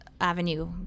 Avenue